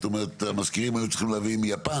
זאת אומרת את המזכירים היו צריכים להביא מיפן?